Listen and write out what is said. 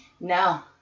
No